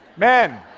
men!